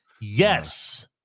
yes